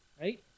right